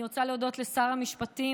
אני רוצה להודות לשר המשפטים,